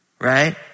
right